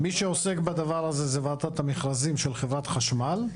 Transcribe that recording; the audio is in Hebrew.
מי שעוסק בדבר הזה זה ועדת המכרזים של חברת חשמל,